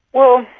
well,